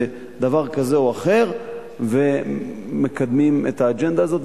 דבר כזה או אחר ומקדמים את האג'נדה הזאת,